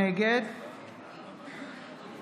נגד